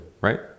Right